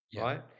right